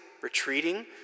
retreating